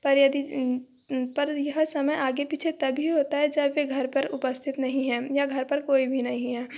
पर यदि पर यह समय आगे पीछे तभी होता है जब ये घर पर उपस्थित नहीं हैं या घर पर कोई भी नहीं है